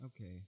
Okay